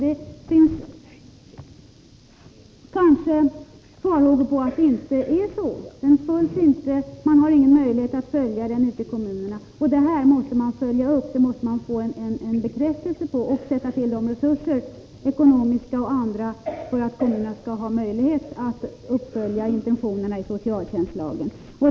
Det finns kanske farhågor för att man ute i kommunerna inte har möjlighet att följa lagen. Detta måste följas upp ute i kommunerna så att man får en bekräftelse på att lagen följs och så att man kan sätta in ekonomiska och andra resurser för att kommunernä skall ha möjlighet att fullfölja intentionerna i socialtjänstlagen.